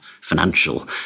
financial